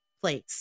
place